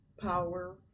power